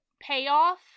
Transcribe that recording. payoff